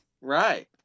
right